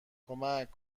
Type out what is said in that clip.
کمک